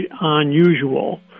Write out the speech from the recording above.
unusual